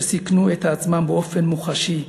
שסיכנו את עצמם באופן מוחשי,